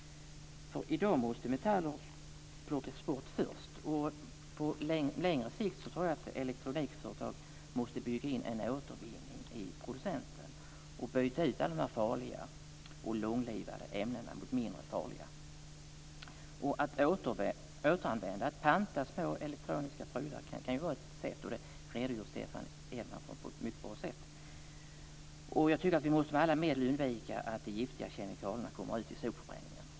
I dag måste metaller plockas bort först. På längre sikt måste elektronikföretag bygga in en återvinning i produkten och byta ut de farliga långlivade ämnena mot mindre farliga. Att återanvända eller panta små elektroniska prylar kan vara ett sätt. Det redogör Stefan Edman för på ett mycket bra sätt. Vi måste med alla medel undvika att de giftiga kemikalierna kommer ut i sopförbränningen.